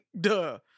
Duh